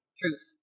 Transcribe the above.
Truth